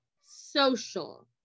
social